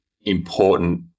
important